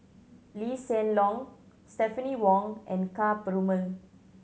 Lee Hsien Loong Stephanie Wong and Ka Perumal